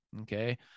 Okay